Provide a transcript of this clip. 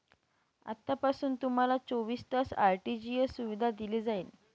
आतापासून तुम्हाला चोवीस तास आर.टी.जी.एस सुविधा दिली जाईल